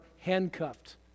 handcuffed